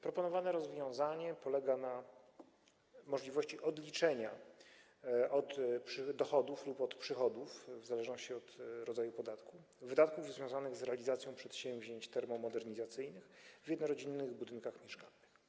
Proponowane rozwiązanie polega na możliwości odliczenia od dochodów lub przychodów, w zależności od rodzaju podatku, wydatków związanych z realizacją przedsięwzięć termomodernizacyjnych w jednorodzinnych budynkach mieszkalnych.